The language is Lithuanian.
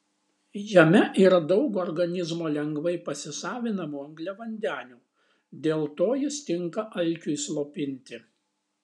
jame yra daug organizmo lengvai pasisavinamų angliavandenių dėl to jis tinka alkiui slopinti